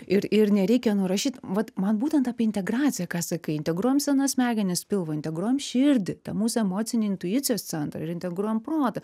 ir ir nereikia nurašyt vat man būtent apie integraciją ką sakai integruojam senas smegenis pilvą integruojam širdį tą mūsų emocinį intuicijos centrą ir integruojam protą